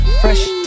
Fresh